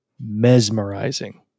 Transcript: mesmerizing